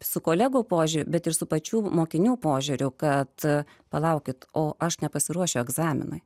su kolegų požiūriu bet ir su pačių mokinių požiūrio kad palaukit o aš nepasiruošiu egzaminui